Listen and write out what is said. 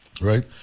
Right